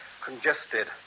congested